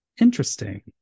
interesting